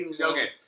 Okay